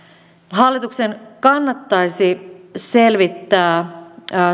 hallituksen kannattaisi selvittää